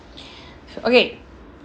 okay